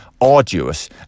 arduous